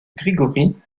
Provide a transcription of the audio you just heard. grigori